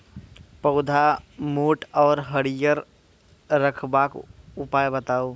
पौधा मोट आर हरियर रखबाक उपाय बताऊ?